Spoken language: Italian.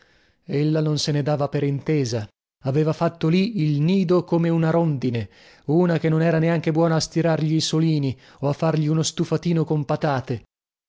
ella non se ne dava per intesa aveva fatto lì il nido come una rondine una che non era neanche buona a stirargli i solini o a fargli uno stufatino con patate